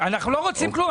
אנחנו לא רוצים כלום,